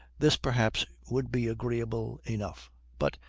this, perhaps, would be agreeable enough but,